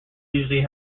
usually